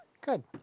Good